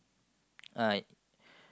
uh